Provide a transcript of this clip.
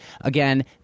Again